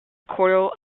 coral